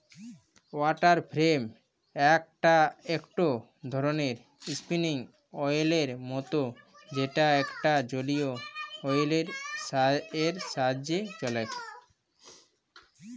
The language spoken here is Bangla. ওয়াটার ফ্রেম একটো ধরণের স্পিনিং ওহীলের মত যেটা একটা জলীয় ওহীল এর সাহায্যে চলেক